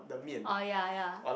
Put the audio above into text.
oh ya ya